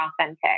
authentic